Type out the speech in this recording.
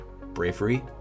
bravery